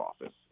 Office